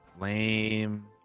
Lame